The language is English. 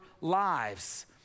lives